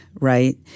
right